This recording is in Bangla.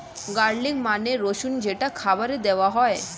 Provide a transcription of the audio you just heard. গার্লিক মানে রসুন যেটা খাবারে দেওয়া হয়